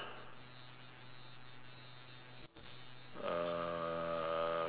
uh